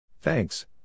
Thanks